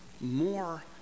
more